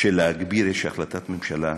של להגביר באיזושהי החלטת ממשלה,